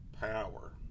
power